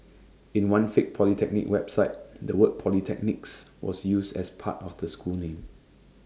in one fake polytechnic website the word polytechnics was used as part of the school name